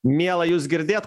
miela jus girdėt